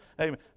Amen